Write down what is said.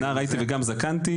נער הייתי וגם זקנתי,